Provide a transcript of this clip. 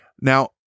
Now